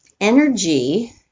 energy